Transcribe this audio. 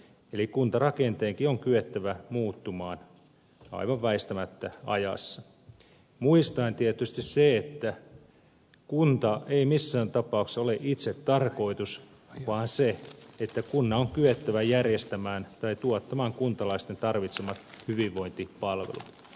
eli kuntarakenteenkin on kyettävä muuttumaan aivan väistämättä ajassa muistaen tietysti se että kunta ei missään tapauksessa ole itsetarkoitus vaan se että kunnan on kyettävä järjestämään tai tuottamaan kuntalaisten tarvitsemat hyvinvointipalvelut